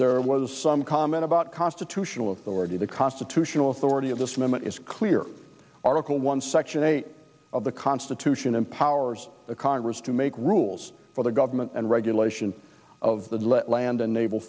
there was some comment about constitutional authority the constitutional authority of this amendment is clear article one section eight of the constitution empowers the congress to make rules for the government and regulation of land and naval